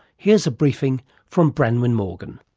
here's a briefing from branwen morgan.